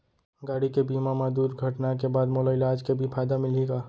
गाड़ी के बीमा मा दुर्घटना के बाद मोला इलाज के भी फायदा मिलही का?